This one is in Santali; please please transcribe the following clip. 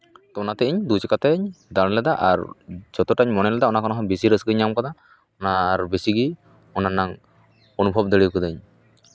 ᱚᱱᱟ ᱛᱮ ᱤᱧ ᱫᱩᱭ ᱪᱟᱠᱟ ᱛᱮᱧ ᱫᱟᱬᱟ ᱞᱮᱫᱟ ᱟᱨ ᱡᱚᱛᱚᱴᱟᱧ ᱢᱚᱱᱮ ᱞᱮᱫᱟ ᱚᱱᱟ ᱠᱷᱚᱱᱟᱜ ᱦᱚᱸ ᱵᱮᱥᱤ ᱨᱟᱹᱥᱠᱟᱹᱧ ᱧᱟᱢ ᱠᱟᱫᱟ ᱚᱱᱟ ᱟᱨ ᱵᱮᱥᱤ ᱜᱮ ᱚᱱᱟ ᱨᱮᱱᱟᱜ ᱚᱱᱩᱵᱷᱚᱵᱽ ᱫᱟᱲᱮ ᱠᱟᱹᱫᱟᱹᱧ